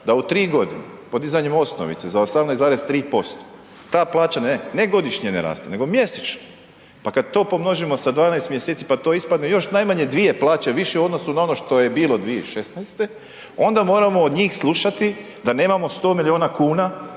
da u 3.g. podizanjem osnovice za 18,3% ta plaća ne, ne godišnje ne raste, nego mjesečno, pa kad to pomnožimo sa 12. mjeseci, pa to ispadne još najmanje dvije plaće više u odnosu na ono što je bilo 2016., onda moramo od njih slušati da nemamo 100 milijuna kuna